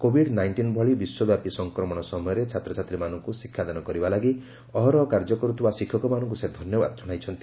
covid nineteen ଭଳି ବିଶ୍ୱବ୍ୟାପି ସଂକ୍ରମଣ ସମୟରେ ଛାତ୍ରଛାତ୍ରୀମାନଙ୍କୁ ଶିକ୍ଷାଦାନ କରିବା ଲାଗି ଅହରହ କାର୍ଯ୍ୟ କର୍ତ୍ତିବା ଶିକ୍ଷକମାନଙ୍କୁ ସେ ଧନ୍ୟବାଦ ଜଣାଇଛନ୍ତି